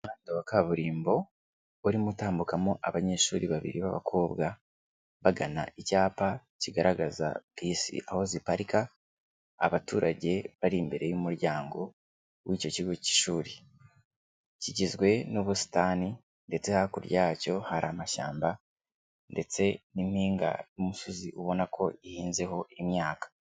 Umuhanda wa kaburimbo urimo utambukamo abanyeshuri babiri b'abakobwa, bagana icyapa kigaragaza bisi aho ziparika, abaturage bari imbere y'umuryango w'icyo kigo cy'ishuri, kigizwe n'ubusitani ndetse hakurya yacyo hari amashyamba ndetse n'impinga y'umusozi ubona ko ihinzeho imyaka.